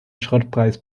schrottpreis